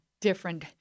different